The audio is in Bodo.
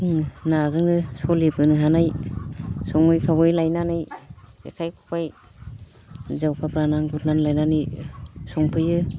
होम नाजोंनो सलिबोनो हानाय सङै खावै लायनानै जेखाइ खबाइ जान्जियाव खाफ्रानानै गुरनानै लायनानै संफैयो